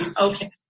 okay